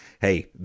hey